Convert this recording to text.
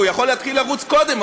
הוא יכול להתחיל לרוץ קודם,